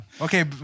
Okay